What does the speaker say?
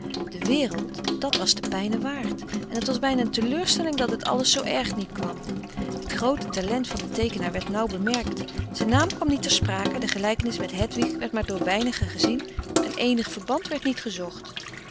de wereld dat was de pijne waard en het was bijna een teleurstelling dat het alles zoo erg niet kwam het groote talent van den teekenaar werd nauw bemerkt zijn naam kwam niet ter sprake de gelijkenis met hedwig werd maar door weinigen gezien en eenig verband werd niet gezocht